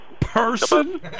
Person